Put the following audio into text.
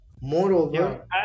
Moreover